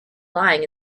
lying